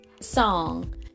song